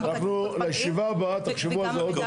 גם בחוץ בנקאי --- לישיבה הבאה תחשבו על זה עוד פעם.